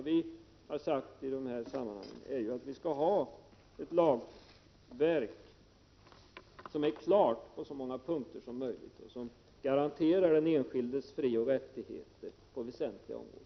Vi har ju i de här sammanhangen sagt att vi skall ha ett lagverk som är klart på så många punkter som möjligt och som garanterar den enskildes frioch rättigheter på väsentliga områden.